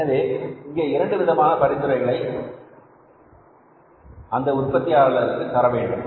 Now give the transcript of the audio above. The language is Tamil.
எனவே இங்கே இரண்டு விதமான பரிந்துரைகளை அந்த உற்பத்தியாளருக்கு தரவேண்டும்